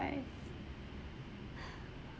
five